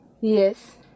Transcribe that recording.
yes